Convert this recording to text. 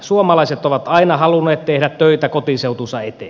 suomalaiset ovat aina halunneet tehdä töitä kotiseutunsa eteen